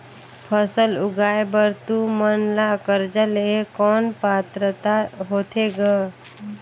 फसल उगाय बर तू मन ला कर्जा लेहे कौन पात्रता होथे ग?